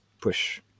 push